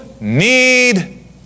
need